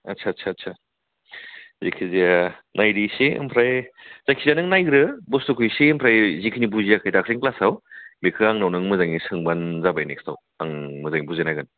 आत्सा आत्सा आत्सा जेखिजाया नायदो एसे ओमफ्राय जायखिजाया नों नायग्रो बुस्थुखौ एसे ओमफ्राय जेखिनि बुजियाखै दाखोलि क्लासाव बेखौ आंनाव नों सोंबानो जाबाय नेक्सटाव आं मोजाङै बुजायना होगोन